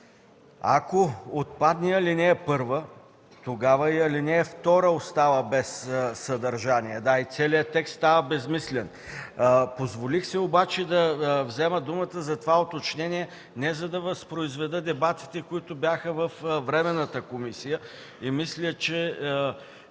Ако отпадне ал. 1, тогава и ал. 2 остава без съдържание, и целият текст става безсмислен. Позволих си обаче да взема думата за това уточнение не за да възпроизведа дебатите, които бяха във Временната комисия. Мисля, че